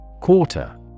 Quarter